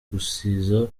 gusiza